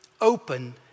open